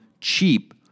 cheap